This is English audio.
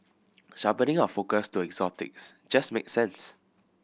sharpening our focus to exotics just made sense